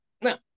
Now